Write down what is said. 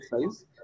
size